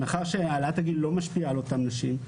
מאחר שהעלאת הגיל לא משפיעה על אותן נשים,